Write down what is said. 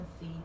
see